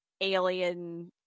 alien